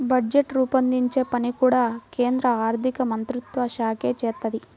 budget రూపొందించే పని కూడా కేంద్ర ఆర్ధికమంత్రిత్వశాఖే చేత్తది